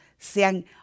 sean